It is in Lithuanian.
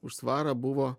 už svarą buvo